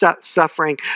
suffering